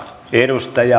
arvoisa puhemies